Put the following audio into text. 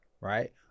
Right